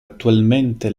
attualmente